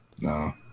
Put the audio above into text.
no